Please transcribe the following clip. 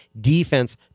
defense